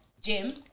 gym